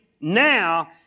now